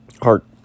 Heart